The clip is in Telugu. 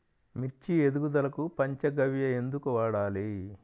మిర్చి ఎదుగుదలకు పంచ గవ్య ఎందుకు వాడాలి?